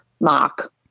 mark